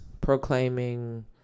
proclaiming